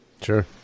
Sure